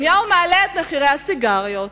נתניהו מעלה את מחירי הסיגריות.